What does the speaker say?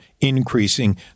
increasing